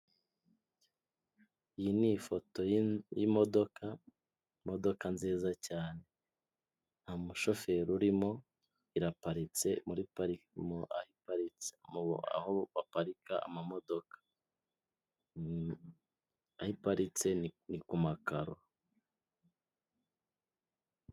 Iyi ni ifoto y'imodoka, imodoka nziza cyane nta mushoferi urimo iraparitse muri parikingi aho baparika amamodoka aho iparitse ni ku makaro.